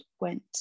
went